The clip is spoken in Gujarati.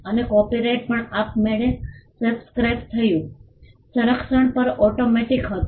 અને કોપિરાઇટ પણ આપમેળે સબ્સ્ક્રાઇબ થયું સંરક્ષણ પણ ઓટોમેટીક હતું